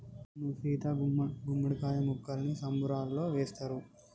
అవును సీత గుమ్మడి కాయ ముక్కల్ని సాంబారులో వేస్తారు